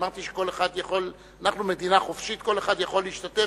אמרתי שאנחנו מדינה חופשית וכל אחד יכול להשתתף.